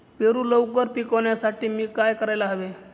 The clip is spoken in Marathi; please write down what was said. पेरू लवकर पिकवण्यासाठी मी काय करायला हवे?